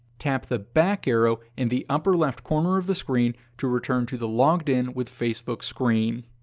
tap the back arrow in the upper left corner of the screen to return to the logged in with facebook screen.